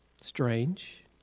Strange